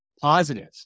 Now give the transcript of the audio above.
positive